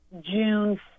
june